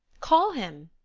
call him.